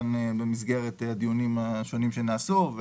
במסגרת הדיונים השונים שנעשו כאן,